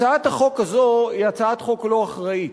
הצעת החוק הזו היא הצעת חוק לא אחראית.